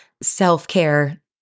self-care